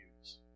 use